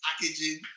packaging